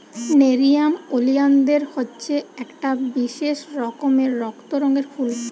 nerium oleander হচ্ছে একটা বিশেষ রকমের রক্ত রঙের ফুল